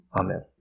Amen